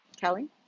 Kelly